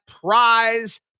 Prize